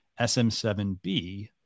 SM7B